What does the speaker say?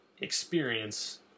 experience